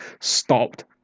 stopped